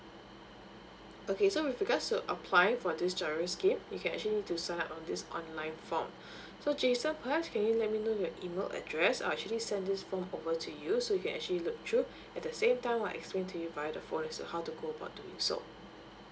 okay so with regards to apply for this giro scheme you can actually need to sign up on this online form so jason perhaps can you let me know your email address I'll actually send this form over to you so you can actually look through at the same time while explain to you via the phone is to how to go about doing so